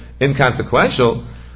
inconsequential